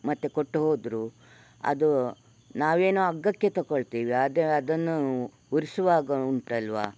ಮತ್ತೆ ಕೊಟ್ಟು ಹೋದರು ಅದು ನಾವೇನೊ ಅಗ್ಗಕ್ಕೆ ತೊಗೊಳ್ತೀವಿ ಆದರೆ ಅದನ್ನು ಉರಿಸುವಾಗ ಉಂಟಲ್ವ